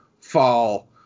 fall